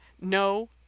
no